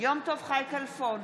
יום טוב חי כלפון,